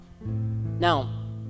Now